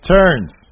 turns